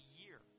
year